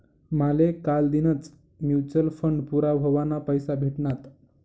माले कालदीनच mutual fund पूरा व्हवाना पैसा भेटनात